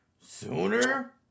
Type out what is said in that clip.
sooner